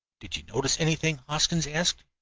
did you notice anything? hoskins asked.